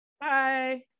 Bye